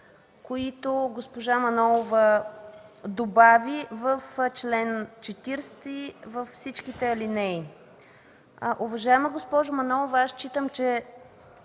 които госпожа Манолова добави в чл. 40, във всичките алинеи. Уважаема госпожо Манолова, смятам, че